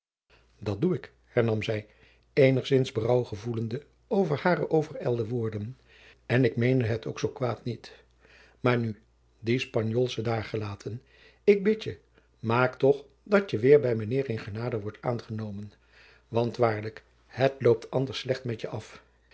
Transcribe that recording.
dat doe ik hernam zij eenigzins berouw gevoelende over hare overijlde woorden en ik meende het ook zoo kwaad niet maar nu die spanjoolsche daargelaten ik bid je maak toch dat je weêr bij mijnheer in genade wordt aangenomen want waarlijk het loopt anders slecht met je af